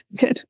Good